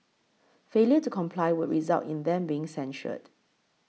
failure to comply would result in them being censured